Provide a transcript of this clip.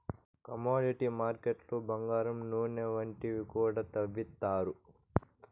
commodity మార్కెట్లు బంగారం నూనె వంటివి కూడా తవ్విత్తారు